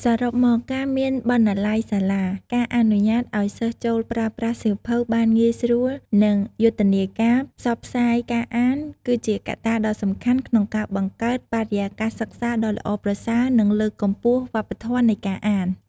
សរុបមក ការមានបណ្ណាល័យសាលា ការអនុញ្ញាតឱ្យសិស្សចូលប្រើប្រាស់សៀវភៅបានងាយស្រួល និងយុទ្ធនាការផ្សព្វផ្សាយការអាន គឺជាកត្តាដ៏សំខាន់ក្នុងការបង្កើតបរិយាកាសសិក្សាដ៏ល្អប្រសើរ និងលើកកម្ពស់វប្បធម៌នៃការអាន។